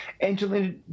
Angelina